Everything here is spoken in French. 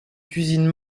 cuisine